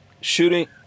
Shooting